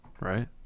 right